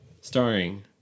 Starring